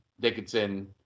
Dickinson